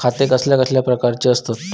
खाते कसल्या कसल्या प्रकारची असतत?